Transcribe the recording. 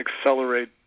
accelerate